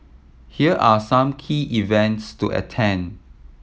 here are some key events to attend